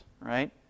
right